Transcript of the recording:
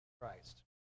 Christ